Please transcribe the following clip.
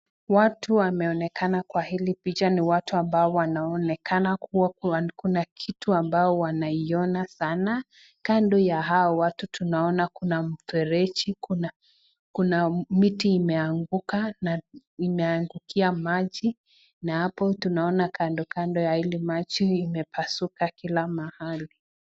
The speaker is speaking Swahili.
Watu wameonekana kwa hili picha ni watu ambao wanaonekana kuna kitu ambao wanaiona sanaa. Kando ya hao watu tunaona kuna mfereji, kuna miti imeanguka, imeangukia maji na hapo tunaona kando kando ya hili maji limeoasuka kila mahali.